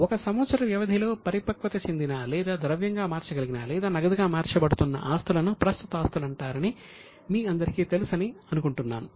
1 సంవత్సర వ్యవధిలో పరిపక్వత చెందినా లేదా ద్రవ్యంగా మార్చగలిగినా లేదా నగదుగా మార్చబడుతున్న ఆస్తులను ప్రస్తుత ఆస్తులు అంటారని అని మీ అందరికీ తెలుసని అనుకుంటున్నాను